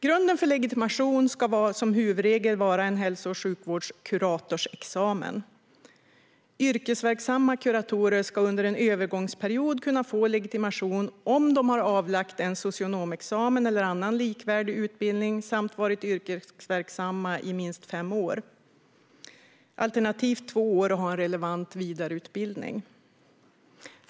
Grunden för legitimationen ska som huvudregel vara en hälso och sjukvårdskuratorsexamen. Yrkesverksamma kuratorer ska under en övergångsperiod kunna få legitimation om de har avlagt en socionomexamen eller annan likvärdig utbildning samt varit yrkesverksamma i minst fem år, alternativt två år och har en relevant vidareutbildning.